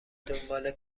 دنبال